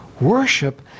Worship